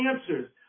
answers